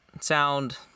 sound